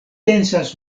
pensas